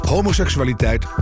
Homoseksualiteit